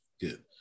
Good